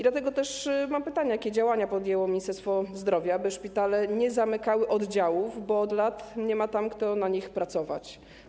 Dlatego też mam pytanie, jakie działania podjęło Ministerstwo Zdrowia, by szpitale nie zamykały oddziałów ze względu na to, że od lat nie ma kto na nich pracować.